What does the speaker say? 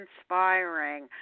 inspiring